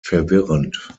verwirrend